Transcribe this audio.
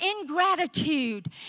ingratitude